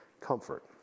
comfort